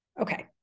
Okay